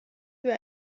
wir